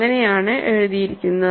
അങ്ങനെയാണ് എഴുതിയിരിക്കുന്നത്